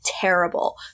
Terrible